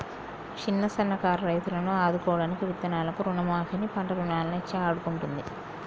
చిన్న సన్న కారు రైతులను ఆదుకోడానికి విత్తనాలను రుణ మాఫీ ని, పంట రుణాలను ఇచ్చి ఆడుకుంటుంది